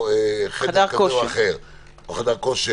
או חדר כושר,